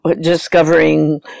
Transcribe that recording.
discovering